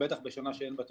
בטח בשנה שאין בה תקציב.